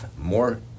more